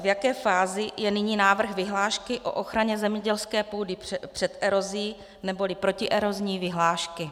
V jaké fázi je nyní návrh vyhlášky o ochraně zemědělské půdy před erozí neboli protierozní vyhlášky?